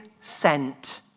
sent